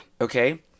Okay